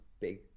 big